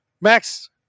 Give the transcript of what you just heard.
Max